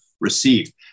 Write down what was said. received